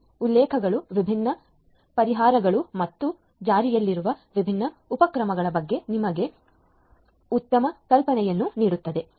ಈ ಉಲ್ಲೇಖಗಳು ವಿಭಿನ್ನ ಪರಿಹಾರಗಳು ಮತ್ತು ಜಾರಿಯಲ್ಲಿರುವ ವಿಭಿನ್ನ ಉಪಕ್ರಮಗಳ ಬಗ್ಗೆ ನಿಮಗೆ ಉತ್ತಮ ಕಲ್ಪನೆಯನ್ನು ನೀಡುತ್ತದೆ